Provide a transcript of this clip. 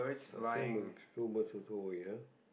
uh same with same birds also ya